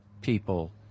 people